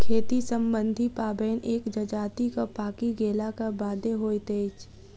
खेती सम्बन्धी पाबैन एक जजातिक पाकि गेलाक बादे होइत अछि